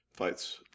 fights